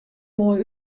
moai